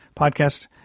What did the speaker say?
podcast